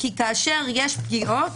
כי כאשר יש פגיעות,